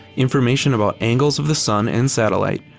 information about angles of the sun and satellite,